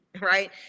right